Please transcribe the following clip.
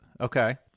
Okay